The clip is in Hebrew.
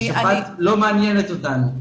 השפעת לא מעניינת אותנו.